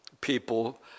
people